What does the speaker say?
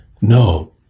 no